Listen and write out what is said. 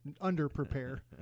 under-prepare